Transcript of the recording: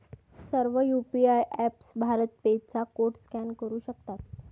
सर्व UPI apps Bharat Pe चा code scan करू शकतात